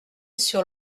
sur